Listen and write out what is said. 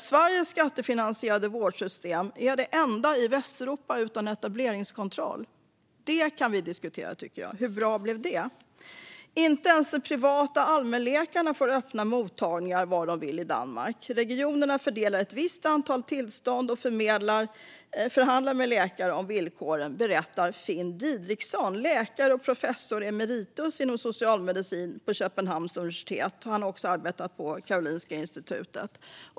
Sveriges skattefinansierade vårdsystem är det enda i Västeuropa utan etableringskontroll. Jag tycker att vi kan diskutera hur bra detta blev. Inte ens de privata allmänläkarna får öppna mottagningar var de vill i Danmark. Regionerna fördelar ett visst antal tillstånd och förhandlar med läkarna om villkoren, berättar Finn Diderichsen, som är läkare och professor emeritus inom socialmedicin på Köpenhamns universitet och som också har arbetat på Karolinska institutet.